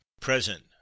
present